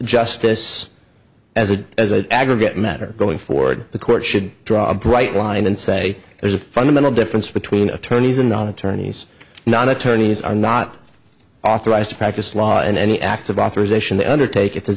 justice as a as an aggregate matter going forward the court should draw a bright line and say there's a fundamental difference between attorneys and non attorneys not attorneys are not authorized to practice law in any act of authorization they undertake it